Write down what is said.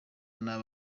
nabi